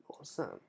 awesome